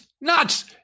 Nuts